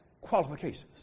qualifications